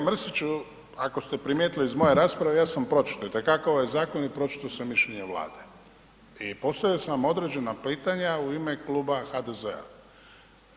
Kolega Mrsiću, ako ste primijetili iz moje rasprave, ja sam pročito itekako ovaj zakon i pročito sam mišljenje Vlade i postavio sam vam određena pitanja u ime Kluba HDZ-a.